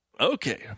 Okay